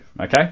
okay